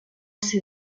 ser